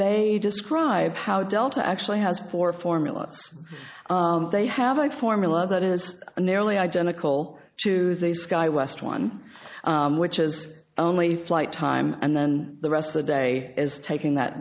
they describe how delta actually has four formulas they have a formula that is nearly identical to the sky west one which is only flight time and then the rest of the day is taking that